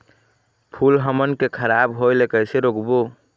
फूल हमन के खराब होए ले कैसे रोकबो?